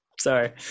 Sorry